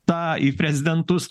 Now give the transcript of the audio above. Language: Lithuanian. tą į prezidentus